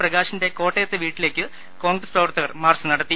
പ്രഗാഷിന്റെ കോട്ടയത്തെ വീട്ടിലേക്ക് കോൺഗ്രസ് പ്രവർത്തകർ മാർച്ച് നടത്തി